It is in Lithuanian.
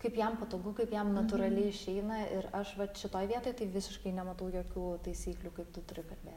kaip am patogu kaip jam natūraliai išeina ir aš vat šitoj vietoj tai visiškai nematau jokių taisyklių kaip tu turi kalbėt prasme labiau tiktų tokia tarpine